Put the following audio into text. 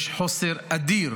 יש חוסר אדיר